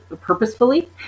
purposefully